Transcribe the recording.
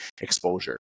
exposure